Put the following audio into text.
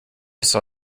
saw